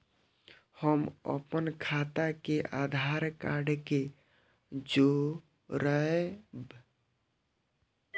हम अपन खाता के आधार कार्ड के जोरैब?